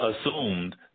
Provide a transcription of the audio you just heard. assumed